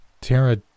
Tara